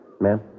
Ma'am